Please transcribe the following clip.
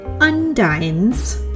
undines